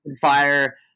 fire